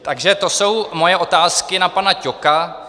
Takže to jsou moje otázky na pana Ťoka.